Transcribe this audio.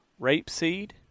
rapeseed